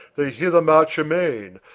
they hither march amain,